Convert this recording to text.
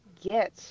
get